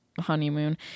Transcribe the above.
honeymoon